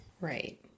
right